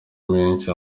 menshi